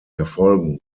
erfolgen